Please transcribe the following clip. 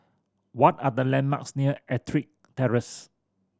what are the landmarks near Ettrick Terrace